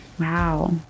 Wow